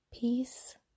peace